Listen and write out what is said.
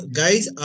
guys